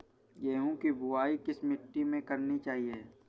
गेहूँ की बुवाई किस मिट्टी में करनी चाहिए?